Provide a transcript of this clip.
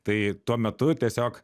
tai tuo metu tiesiog